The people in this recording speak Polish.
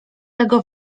tego